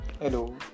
Hello